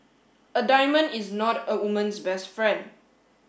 a diamond is not a woman's best friend